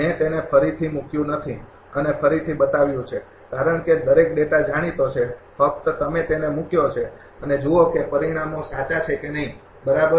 મેં તેને ફરીથી મૂક્યું નથી અને ફરીથી બતાવ્યુ છે કારણ કે દરેક ડેટા જાણીતો છે ફક્ત તમે તેને મૂક્યો છે અને જુઓ કે પરિણામો સાચા છે કે નહીં બરાબર